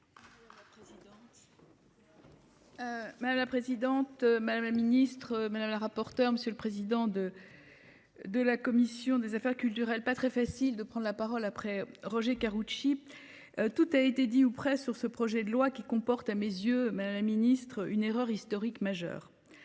Madame la présidente, madame la ministre madame la rapporteure, monsieur le président de. De la commission des affaires culturelles, pas très facile de prendre la parole après Roger Karoutchi. Tout a été dit ou presque sur ce projet de loi qui comporte à mes yeux, madame la ministre, une erreur historique majeure.